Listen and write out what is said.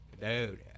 dude